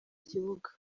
kibuga